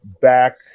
back